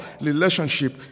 relationship